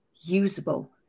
usable